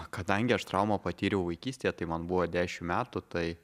kadangi aš traumą patyriau vaikystėje tai man buvo dešimt metų tai